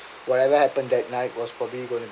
whatever happened that night was probably going to